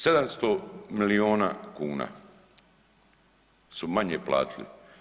700 miliona kuna su manje platili.